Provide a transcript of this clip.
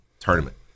tournament